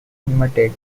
inverted